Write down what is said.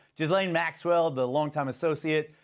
ghislaine maxwell the longtime associate,